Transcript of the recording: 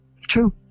True